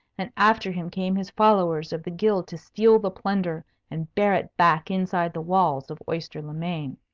and after him came his followers of the guild to steal the plunder and bear it back inside the walls of oyster-le-main.